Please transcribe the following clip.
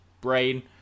brain